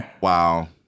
Wow